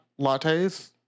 lattes